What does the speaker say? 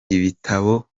ibitabo